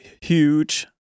huge